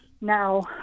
Now